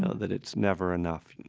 so that it's never enough.